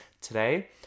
today